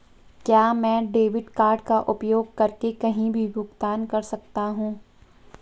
क्या मैं debit card का उपयोग करके कहीं भी भुगतान कर सकता हूं?